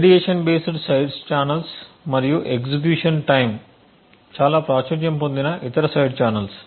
radiation based side channels మరియు execution time చాలా ప్రాచుర్యం పొందిన ఇతర సైడ్ ఛానల్స్